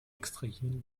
extrahieren